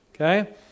Okay